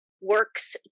works